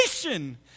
creation